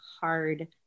hard